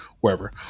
wherever